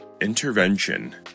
Intervention